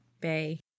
bay